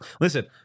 listen